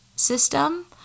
system